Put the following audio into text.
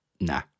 nah